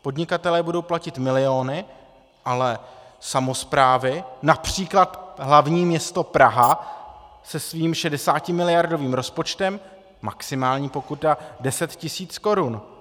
Podnikatelé budou platit miliony, ale samosprávy, například hlavní město Praha se svým 60miliardovým rozpočtem, budou mít maximální pokutu 10 tisíc korun.